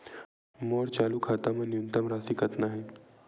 मोर चालू खाता मा न्यूनतम राशि कतना हे?